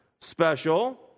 special